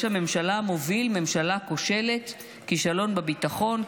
הממשלה מוביל ממשלה כושלת: כישלון בביטחון,